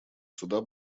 суда